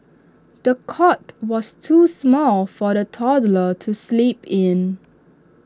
the cot was too small for the toddler to sleep in